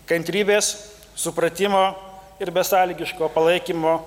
kantrybės supratimo ir besąlygiško palaikymo